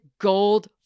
gold